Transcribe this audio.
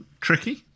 tricky